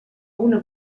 una